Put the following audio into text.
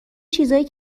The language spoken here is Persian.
چیزای